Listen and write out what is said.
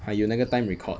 他有那个 time record